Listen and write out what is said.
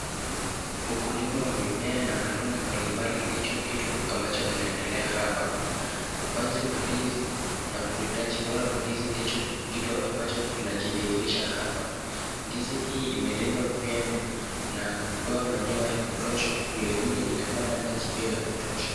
Ukulima wa mimea na matunda mbalimbali ndicho kitu ambacho kinaendelea hapa. Upanzi wa ndizi na ulindaji bora wa ndizi ndicho kitu ambacho kinajidhihirisha hapa. Ndizi hii imelindwa vyema na kupewa manure ya kutosha vilrvilr inapata pia maji ya kutosha.